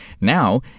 Now